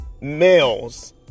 males